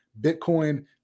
bitcoin